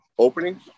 Opening